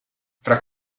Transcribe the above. fra